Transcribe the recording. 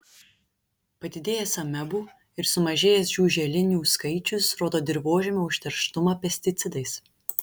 padidėjęs amebų ir sumažėjęs žiuželinių skaičius rodo dirvožemio užterštumą pesticidais